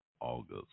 August